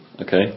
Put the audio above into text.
Okay